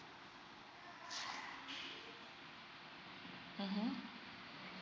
mmhmm